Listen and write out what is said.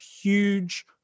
huge